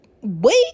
wait